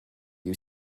you